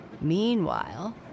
Meanwhile